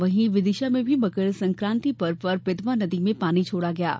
वहीं विदिशा में भी मकर संक्रांति पर्व पर बेतवा नदी में पानी छोड़ा गया है